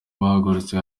bahagaritswe